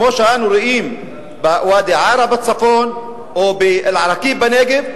כמו שאנו רואים בוואדי-עארה בצפון או באל-עראקיב בנגב,